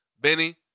Benny